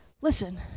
listen